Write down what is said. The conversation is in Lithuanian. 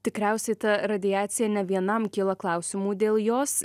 tikriausiai ta radiacija ne vienam kyla klausimų dėl jos